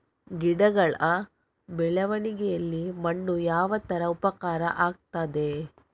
ಗಿಡಗಳ ಬೆಳವಣಿಗೆಯಲ್ಲಿ ಮಣ್ಣು ಯಾವ ತರ ಉಪಕಾರ ಆಗ್ತದೆ?